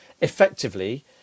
effectively